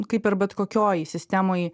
kaip ir bet kokioj sistemoj